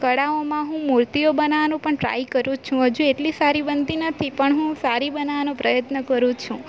કળાઓમાં હું મૂર્તિઓ બનવાનો પણ ટ્રાય કરું છું હજુ એટલી સારી બનતી નથી પણ હું સારી બનાવવાનો પ્રયત્ન કરું છું